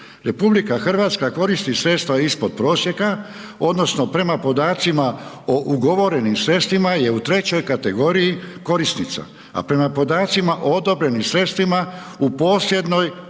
članica EU, RH, koristi sredstva ispod prosijeku, odnosno, prema podacima o ugovorenima sredstvima je u trećoj kategoriji korisnica, a prema podacima o odobrenim sredstvima, u posljednjoj